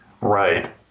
Right